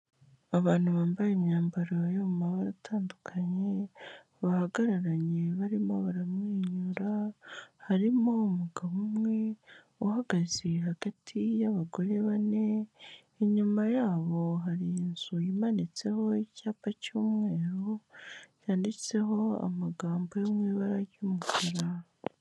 Abantu bambaye imyambaro yo mu mabara atandukanye bahagararanye barimo baramwenyura, harimo umugabo umwe uhagaze hagati y'abagore bane, inyuma yabo hari inzu imanitseho icyapa cy'umweru cyanditseho amagambo yo mu ibara ry'umukara.